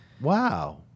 Wow